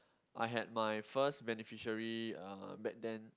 I had my first beneficiary uh back then